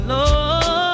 Lord